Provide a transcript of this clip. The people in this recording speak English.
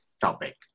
topic